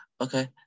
okay